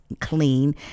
clean